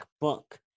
book